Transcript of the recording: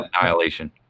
annihilation